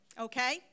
okay